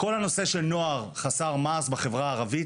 כל הנושא של נוער חסר מעש בחברה הערבית,